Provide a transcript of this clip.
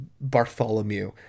Bartholomew